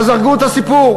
אז הרגו את הסיפור,